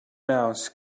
mouse